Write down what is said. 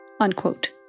unquote